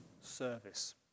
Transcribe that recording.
Service